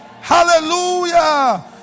Hallelujah